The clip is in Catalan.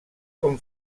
com